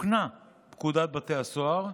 תוקנה פקודת בתי הסוהר,